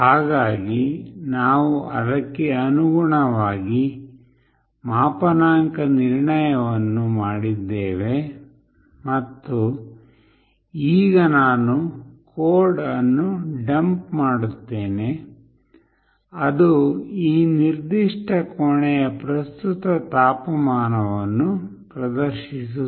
ಹಾಗಾಗಿ ನಾವು ಅದಕ್ಕೆ ಅನುಗುಣವಾಗಿ ಮಾಪನಾಂಕ ನಿರ್ಣಯವನ್ನು ಮಾಡಿದ್ದೇವೆ ಮತ್ತು ಈಗ ನಾನು ಕೋಡ್ ಅನ್ನು ಡಂಪ್ ಮಾಡುತ್ತೇನೆ ಅದು ಈ ನಿರ್ದಿಷ್ಟ ಕೋಣೆಯ ಪ್ರಸ್ತುತ ತಾಪಮಾನವನ್ನು ಪ್ರದರ್ಶಿಸುತ್ತದೆ